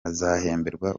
azahemberwa